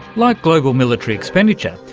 like global military expenditure,